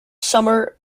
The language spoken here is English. summer